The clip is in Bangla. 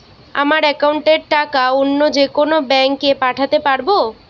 আমার একাউন্টের টাকা অন্য যেকোনো ব্যাঙ্কে পাঠাতে পারব?